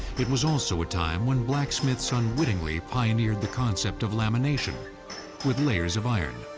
it was also a time when blacksmiths unwittingly pioneered the concept of lamination with layers of iron.